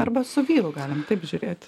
arba su vyru galim taip žiūrėt